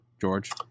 George